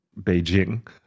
Beijing